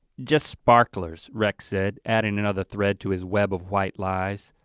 just sparklers, rex said, adding another thread to his web of white lies.